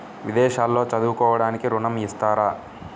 విదేశాల్లో చదువుకోవడానికి ఋణం ఇస్తారా?